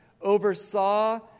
oversaw